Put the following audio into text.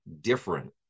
different